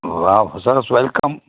વાહ વા સરસ વેલકમ